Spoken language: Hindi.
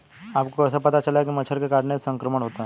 आपको कैसे पता चलेगा कि मच्छर के काटने से संक्रमण होता है?